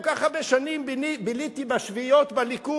כל כך הרבה שנים ביליתי בשביעיות בליכוד,